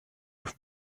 with